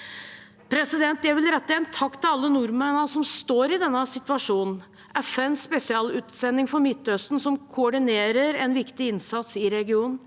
Jeg vil rette en takk til alle nordmennene som står i denne situasjonen: FNs spesialutsending for Midtøsten, som koordinerer en viktig innsats i regionen,